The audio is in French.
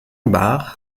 bar